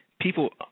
people